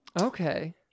Okay